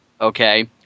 Okay